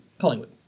Collingwood